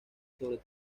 sobre